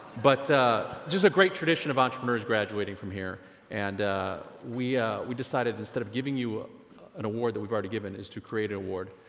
but just a great tradition of entrepreneurs graduating from here and we we decided instead of giving you ah an award that we've already given is to create an award.